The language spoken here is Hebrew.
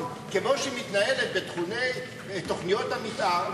כמו שהיא מתנהלת בתחומי תוכניות המיתאר,